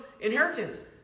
inheritance